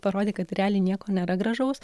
parodė kad realiai nieko nėra gražaus